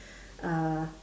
uh